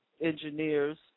engineers